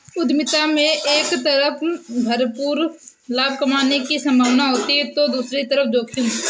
उद्यमिता में एक तरफ भरपूर लाभ कमाने की सम्भावना होती है तो दूसरी तरफ जोखिम